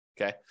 Okay